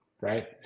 Right